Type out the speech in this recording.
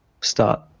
start